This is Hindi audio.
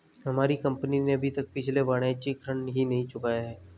हमारी कंपनी ने अभी तक पिछला वाणिज्यिक ऋण ही नहीं चुकाया है